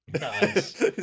Nice